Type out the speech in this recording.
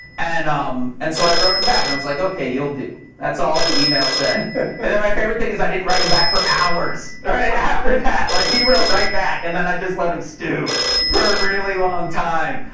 and um and so i wrote him back and i was like, ok, you'll do. that's all the email said. and then my favorite thing is i didn't write him back for hours right after that. like, he wrote right back and then i just let him stew for a really long time.